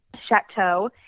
chateau